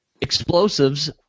explosives